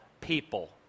people